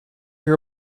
your